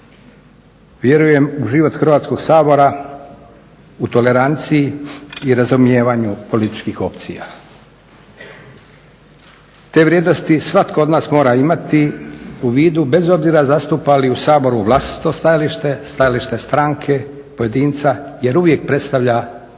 Vjerujem u život Hrvatskog sabora u toleranciji i razumijevanju političkih opcija. Te vrijednosti svatko od nas mora imati u vidu bez obzira zastupa li u Saboru vlastito stajalište, stajalište stranke, pojedinca jer uvijek predstavlja dio